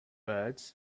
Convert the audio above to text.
birds